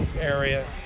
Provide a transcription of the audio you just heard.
area